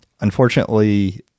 Unfortunately